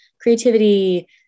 creativity